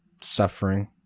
Suffering